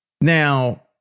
Now